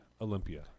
olympia